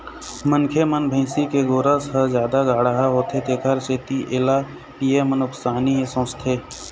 मनखे मन भइसी के गोरस ह जादा गाड़हा होथे तेखर सेती एला पीए म नुकसानी हे सोचथे